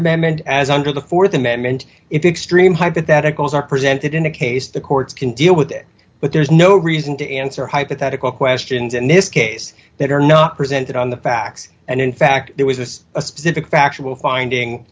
amendment as under the th amendment it did stream hypotheticals are presented in a case the courts can deal with it but there's no reason to answer hypothetical questions in this case that are not presented on the facts and in fact there was this a specific factual finding